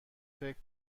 فکر